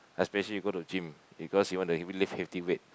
especially you go to gym because you want to lift heavy weight